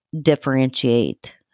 differentiate